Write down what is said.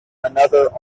another